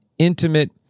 intimate